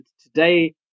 today